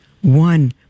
One